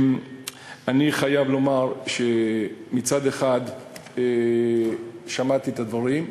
אני חייב לומר שמצד אחד שמעתי את הדברים,